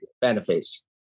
benefits